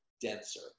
denser